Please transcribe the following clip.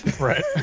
Right